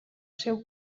seu